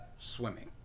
swimming